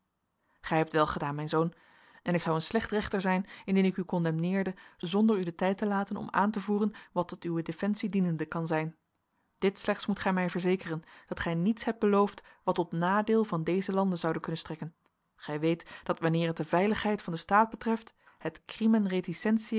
gij hebt welgedaan mijn zoon en ik zou een slecht rechter zijn indien ik u condemneerde zonder u den tijd te laten om aan te voeren wat tot uwe defensie dienende kan zijn dit slechts moet gij mij verzekeren dat gij niets hebt beloofd wat tot nadeel van dezen lande zoude kunnen strekken gij weet dat wanneer het de veiligheid van den staat geldt het